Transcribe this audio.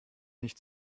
nicht